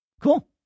Cool